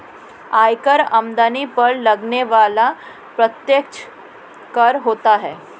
आयकर आमदनी पर लगने वाला प्रत्यक्ष कर होता है